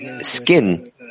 skin